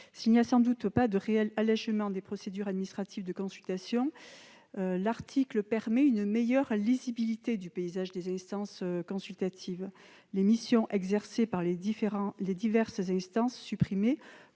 de travail. À défaut d'un réel allégement des procédures administratives de consultation, il permettra une meilleure lisibilité du « paysage » des instances consultatives. Les missions exercées par les diverses instances supprimées